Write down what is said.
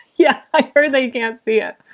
yeah, i heard that. you can't see it.